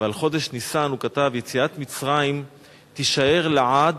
ועל חודש ניסן הוא כתב: יציאת מצרים תישאר לעד